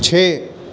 چھ